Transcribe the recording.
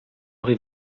aurez